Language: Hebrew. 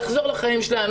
לחזור לחיים שלהם,